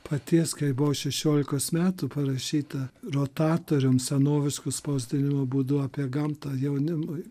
paties kai buvau šešiolikos metų parašyta rotatorium senovišku spausdinimo būdu apie gamtą jaunimui